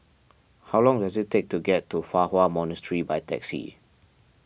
how long does it take to get to Fa Hua Monastery by taxi